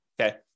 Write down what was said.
okay